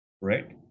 right